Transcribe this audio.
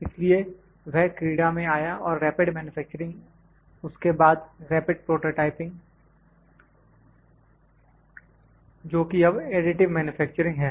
इसलिए वह क्रीडा में आया और रैपिड मैन्युफैक्चरिंग उसके बाद रैपिड प्रोटोटाइपिंग जो कि अब एडिटिव मैन्युफैक्चरिंग है